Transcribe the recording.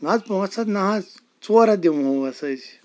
نَہ حظ پانٛژ ہَتھ نہ حظ ژور ہَتھ دِمہو حظ أسۍ